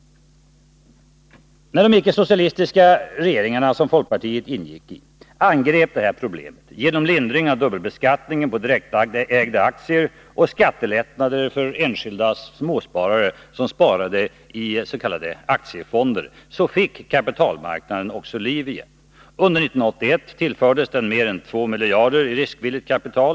När de icke-socialistiska regeringarna, som folkpartiet ingick i, angrep det här problemet genom lindring av dubbelbeskattningen på direktägda aktier och skattelättnader för enskilda småsparare som sparade is.k. aktiefonder, fick kapitalmarknaden också liv igen. Under 1981 tillfördes den mer än 2 miljarder i riskvilligt kapital.